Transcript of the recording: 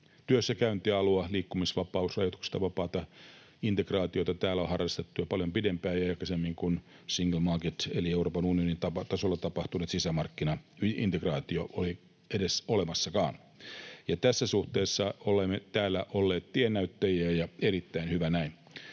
työssäkäyntialue, liikkumisrajoituksista vapaata integraatiota täällä on harrastettu jo paljon pidempään ja aikaisemmin kuin single market eli Euroopan unionin tasolla tapahtunut sisämarkkinaintegraatio oli edes olemassakaan. Tässä suhteessa olemme täällä olleet tiennäyttäjiä, ja erittäin hyvä näin.